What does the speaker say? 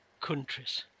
countries